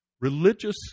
religious